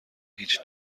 هیچ